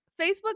Facebook